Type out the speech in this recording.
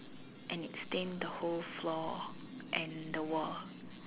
and it stained the whole floor and the wall